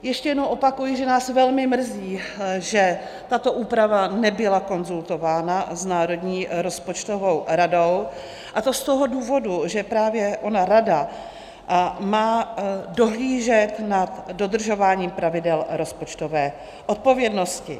Ještě jednou opakuji, že nás velmi mrzí, že tato úprava nebyla konzultována s Národní rozpočtovou radou, a to z toho důvodu, že právě ona rada má dohlížet nad dodržováním pravidel rozpočtové odpovědnosti.